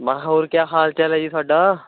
ਮੈਂ ਹਾਂ ਹੋਰ ਕਿਆ ਹਾਲ ਚਾਲ ਹੈ ਜੀ ਤੁਹਾਡਾ